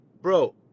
Bro